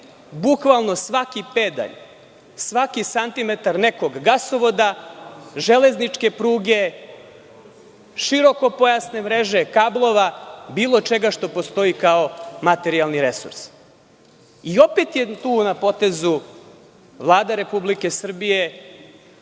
bukvalno svaki pedalj, svaki santimetar nekog gasovoda, železničke pruge, širokopojasne mreže kablova, bilo čega što postoji kao materijalni resurs. Opet je tu na potezu Vlada Republike Srbije